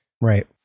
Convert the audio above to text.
Right